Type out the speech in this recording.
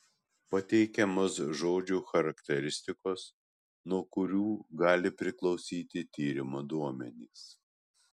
pateikiamos žodžių charakteristikos nuo kurių gali priklausyti tyrimo duomenys